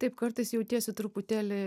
taip kartais jautiesi truputėlį